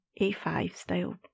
A5-style